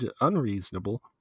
unreasonable